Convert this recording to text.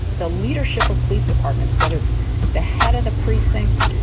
the leadership of police departments, whether it's the head of the precinct,